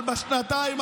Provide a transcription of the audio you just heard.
משחק אותה?